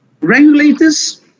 regulators